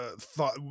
thought